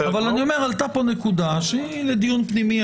אבל אני אומר - עלתה פה נקודה, שהיא לדיון פנימי.